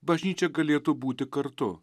bažnyčia galėtų būti kartu